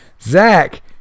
Zach